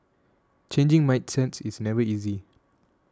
changing mindsets is never easy